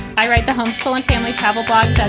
i write the homeschooling family travel blog. that's